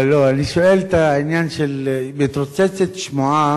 אבל לא, אני שואל: מתרוצצת שמועה